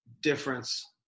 difference